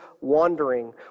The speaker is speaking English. wandering